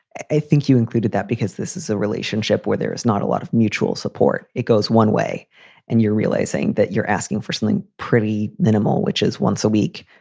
think you included that because this is a relationship where there is not a lot of mutual support. it goes one way and you're realizing that you're asking for something pretty minimal, which is once a week,